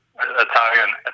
Italian